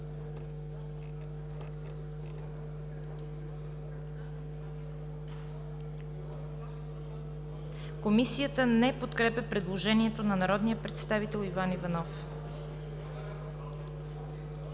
Комисията не подкрепя предложението на народния представител Иван Иванов.